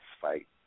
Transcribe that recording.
fight